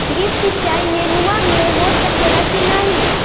Drip सिंचाई नेनुआ में हो सकेला की नाही?